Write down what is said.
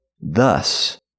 Thus